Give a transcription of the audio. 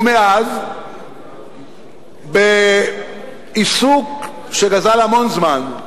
ומאז, בעיסוק שגזל המון זמן,